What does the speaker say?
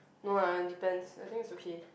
no ah depends I think it's okay